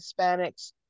Hispanics